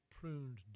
pruned